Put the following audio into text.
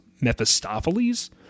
Mephistopheles